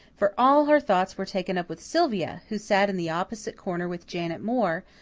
for all her thoughts were taken up with sylvia, who sat in the opposite corner with janet moore,